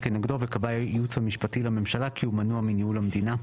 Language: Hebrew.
כנגדו וקבע הייעוץ המשפטי לממשלה כי הוא מנוע מניהול המדינה'.